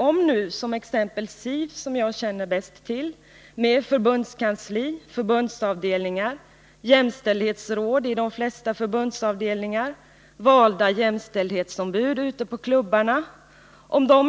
Om nu som exempel SIF, som jag känner bäst till, med förbundskansli, förbundsavdelningar, jämställdhetsråd i de flesta förbundsavdelningar och valda jämställdhetsombud ute på klubbarna